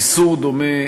איסור דומה,